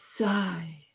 sigh